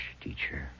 teacher